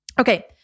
Okay